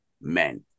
men